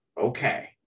okay